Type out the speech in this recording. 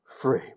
free